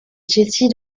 jesse